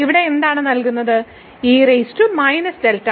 ഇവിടെ എന്താണ് നിലനിൽക്കുക